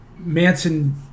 Manson